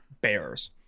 Bears